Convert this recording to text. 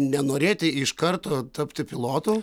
nenorėti iš karto tapti pilotu